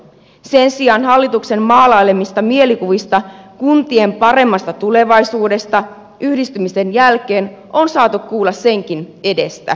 sen sijaan hallituksen maalailemista mielikuvista kuntien paremmasta tulevaisuudesta yhdistymisten jälkeen on saatu kuulla senkin edestä kertomuksia